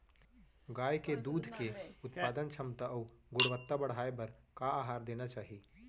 गाय के दूध के उत्पादन क्षमता अऊ गुणवत्ता बढ़ाये बर का आहार देना चाही?